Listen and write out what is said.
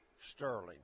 sterling